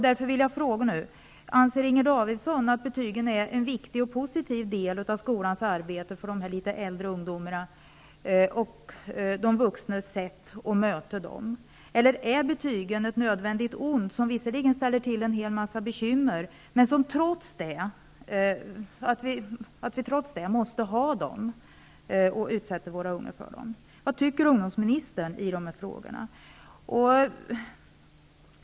Därför vill jag fråga: Anser Inger Davidson att betygen är en viktig och positiv del av skolans arbete för de litet äldre ungdomarna och de vuxnas sätt att bemöta dem? Är betygen ett nödvändigt ont, som visserligen ställer till en massa bekymmer men som vi trots det måste ha och utsätta våra ungdomar för? Vad tycker ungdomsministern i denna fråga?